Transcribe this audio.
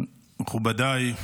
מכובדיי,